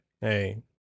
hey